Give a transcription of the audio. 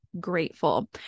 grateful